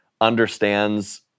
understands